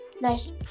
nice